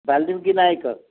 Valmiki Nayak